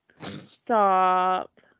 Stop